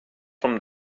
from